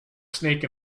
snake